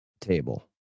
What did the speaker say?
table